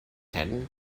ten